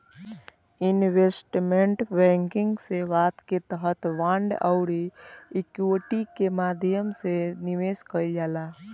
investment banking सेवा के तहत बांड आउरी इक्विटी के माध्यम से निवेश कईल जाला